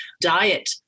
diet